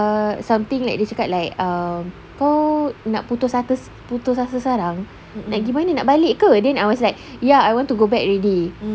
ah something like dia cakap like kau nak putus asa sekarang nak pergi mana nak balik ke then I was like ya I want to go back already